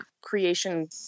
creation